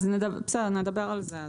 בסדר נדבר על זה.